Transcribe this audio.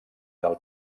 del